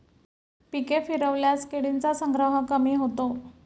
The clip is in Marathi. पिके फिरवल्यास किडींचा संग्रह कमी होतो